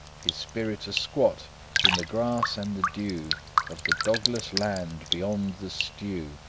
his spirit a-squat in the grass and the dew of the dogless land beyond the stew,